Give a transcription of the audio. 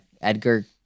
Edgar